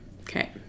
Okay